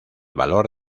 valor